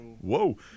whoa